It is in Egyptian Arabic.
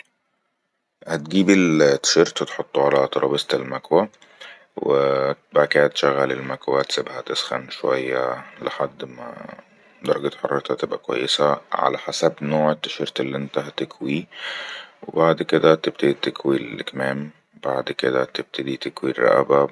هتجيب تشيرت وتحطه على طرابست المكوة وبعد كده تشغل المكوة تسبها تسخن شوية لحد ما درجة حرارتها تبقى كويسه على حسب نوع التشيرت اللي انت هتكويه وبعد كده تبتدي تكوي الكمام وبعد كده تبتدي تكوي الرئبه